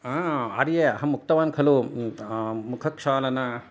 आ आर्य अहं उक्तवान् खलु मुखक्षालन